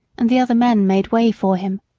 and the other men made way for him.